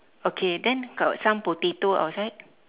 okay then got some potato outside